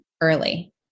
early